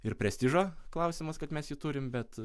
ir prestižo klausimas kad mes turim bet